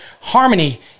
harmony